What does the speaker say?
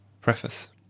Preface